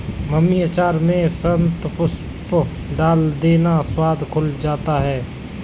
mummy अचार में शतपुष्प डाल देना, स्वाद खुल जाता है